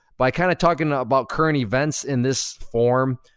by kinda talking ah about current events in this form,